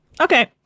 Okay